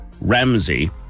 Ramsey